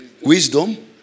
wisdom